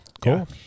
cool